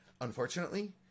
unfortunately